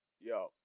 Yo